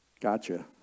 gotcha